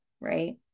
right